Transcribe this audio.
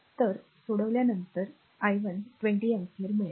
तर सोडवल्यानंतर मिळेल i 1 20 अँपिअर मिळेल